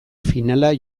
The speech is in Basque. finala